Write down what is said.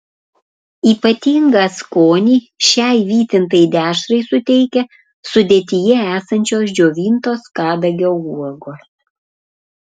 ypatingą skonį šiai vytintai dešrai suteikia sudėtyje esančios džiovintos kadagio uogos